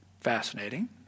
Fascinating